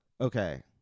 Okay